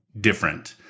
different